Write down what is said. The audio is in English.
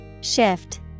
Shift